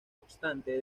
obstante